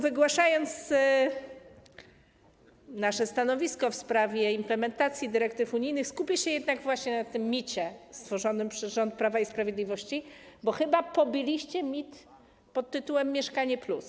Wygłaszając nasze stanowisko w sprawie implementacji dyrektyw unijnych, skupię się jednak na micie stworzonym przez rząd Prawa i Sprawiedliwości, bo chyba pobiliście mit pt. „Mieszkanie+”